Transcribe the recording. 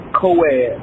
co-ed